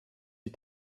die